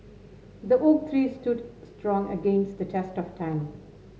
the oak tree stood strong against the test of time